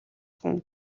хүн